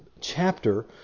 chapter